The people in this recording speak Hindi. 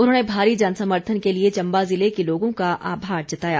उन्होंने भारी जनसमर्थन के लिए चम्बा जिले के लोगों का आभार जताया